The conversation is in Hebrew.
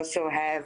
אני מצטערת,